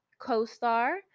CoStar